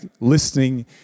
listening